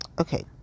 Okay